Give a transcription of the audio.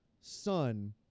son